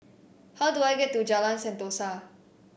how do I get to Jalan Sentosa